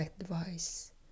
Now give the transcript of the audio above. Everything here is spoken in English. advice